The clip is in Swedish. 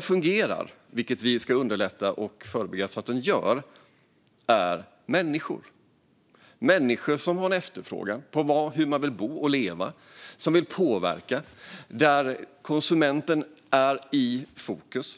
fungerar, vilket vi ska underlätta att den gör, handlar den om människor. Det är människor som har en efterfrågan på hur man vill bo och leva. Det är människor som vill påverka. Det är konsumenten som är i fokus.